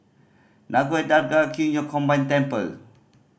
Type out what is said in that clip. Nagore Dargah Qing Yun Combined Temple